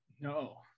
No